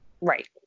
right